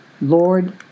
Lord